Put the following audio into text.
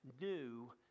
new